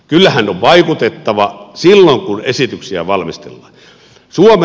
kyllähän on vaikutettava silloin kun esityksiä valmistellaan